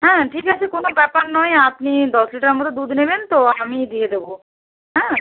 হ্যাঁ ঠিক আছে কোনো ব্যাপার নয় আপনি দশ লিটার মতো দুধ নেবেন তো আমি দিয়ে দেবো হ্যাঁ